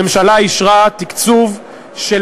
הממשלה אישרה תקצוב של,